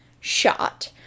shot